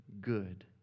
good